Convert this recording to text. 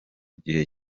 gihe